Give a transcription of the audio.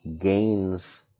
gains